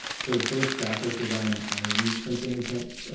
so both graphic design and printing, and